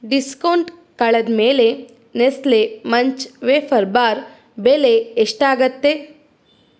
discount ಕಳೆದ ಮೇಲೆ Nestle munch wafer bar ಬೆಲೆ ಎಷ್ಟಾಗತ್ತೆ